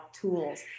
tools